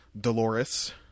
Dolores